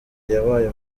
yabaye